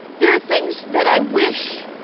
there are things that i wish,